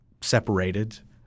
separated